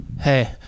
Hey